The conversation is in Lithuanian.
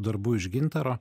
darbų iš gintaro